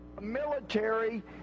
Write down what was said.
military